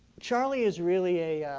charlie is really a,